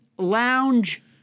lounge